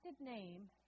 name